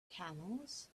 camels